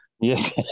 Yes